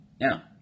Now